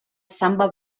samba